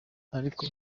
ariko